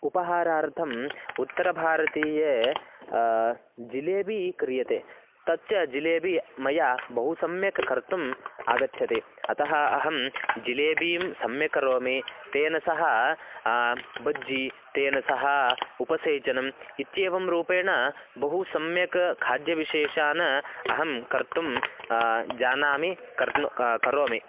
उपहारार्थम् उत्तरभारतीये जिलेबी क्रियते तच्च जिलेबी मया बहु सम्यक् कर्तुम् आगच्छति अतः अहं जिलेबीं सम्यक् करोमि तेन सह बज्जि तेन सह उपसेचनम् इत्येवं रूपेण बहु सम्यक् खाद्यविशेषान् अहं कर्तुं जानामि कर् करोमि